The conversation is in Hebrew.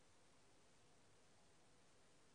השאלה עכשיו,